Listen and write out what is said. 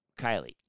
Kylie